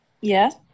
Yes